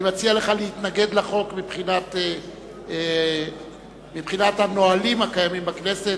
אני מציע לך להתנגד לחוק מבחינת הנהלים הקיימים בכנסת.